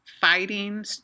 fighting